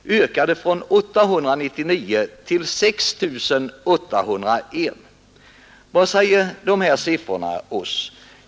ökade från 899 till 6 801. Vad säger oss dessa siffror?